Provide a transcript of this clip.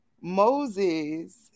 Moses